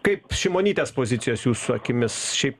kaip šimonytės pozicijos jūsų akimis šiaip